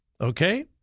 Okay